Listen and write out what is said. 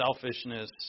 selfishness